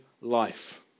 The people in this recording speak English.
life